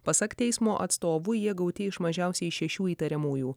pasak teismo atstovų jie gauti iš mažiausiai šešių įtariamųjų